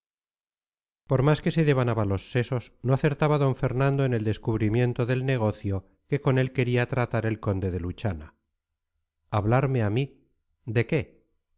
por más que se devanaba los sesos no acertaba d fernando en el descubrimiento del negocio que con él quería tratar el conde de luchana hablarme a mí de qué